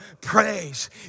praise